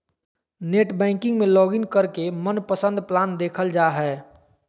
net banking में login करके मनपसंद प्लान देखल जा हय